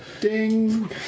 Ding